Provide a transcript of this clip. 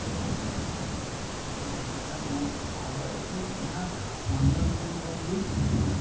ତ ଏଇ ଗ୍ୟାଜେଟ୍ଟା ମୁଁ ଭଲ ଏ ହି ଏହା ଅନ୍ୟ ଲୋକଙ୍କ ପାଇଁ ବି